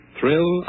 Thrill